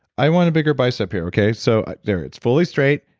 i want a bigger bicep here. okay, so there, it's fully straight.